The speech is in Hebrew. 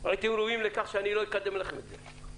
הייתם ראויים לכך שלא אקדם לכם את זה,